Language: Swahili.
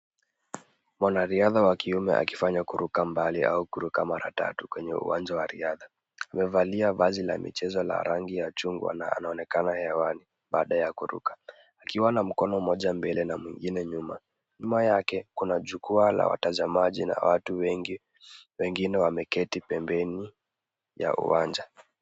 Mwanariadha wa kiume akifanya kuruka mbali au kuruka mara tatu kwenye uwanja wa riadha. Amevalia vazi la michezo la rangi ya chungwa na anaonekana hewani baada ya kuruka akiwa na mkono mmoja mbele na mwingine nyuma. Nyuma yake kuna jukwaa la watazamaji na watu wengi, wengine wameketi pembeni ya uwanja.